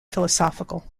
philosophical